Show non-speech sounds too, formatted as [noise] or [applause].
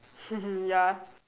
[noise] ya